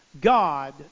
God